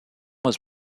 was